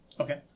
Okay